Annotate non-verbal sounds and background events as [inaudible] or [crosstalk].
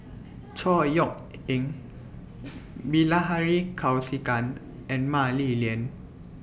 [noise] Chor Yeok Eng [noise] Bilahari Kausikan and Mah Li Lian